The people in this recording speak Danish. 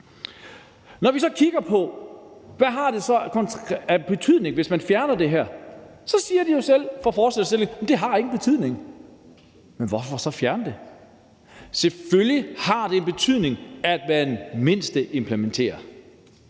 Når vi så kigger på, hvad det har af betydning, hvis man fjerner det her, så siger forslagsstillerne jo selv, at det ikke har nogen betydning. Men hvorfor så fjerne det? Selvfølgelig har det en betydning, at man minimumsimplementerer,